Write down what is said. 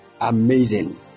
Amazing